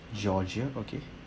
georgia okay